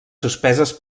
suspeses